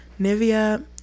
Nivea